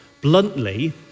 Bluntly